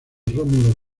rómulo